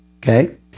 Okay